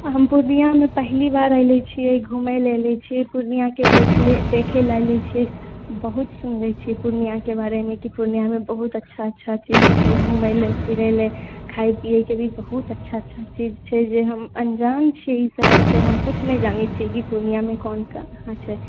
हम पूर्णियामे पहली बार एलै छिऐ घूमए लए एलऐ छिऐ पूर्णियाके देखए लए एली छिऐ बहुत सुनने छिऐ पूर्णियाके बारेमे की पूर्णियामे बहुत अच्छा अच्छा चीज छै घूमए लेल फिरए लेल खाय पीऐ के भी बहुत अच्छा अच्छा चीज छै जे हम अंजान छी ई शहरसंँ हम किछु नहि जानए छी पूर्णियामे कोन कहाँ छै